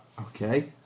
Okay